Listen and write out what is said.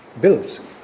bills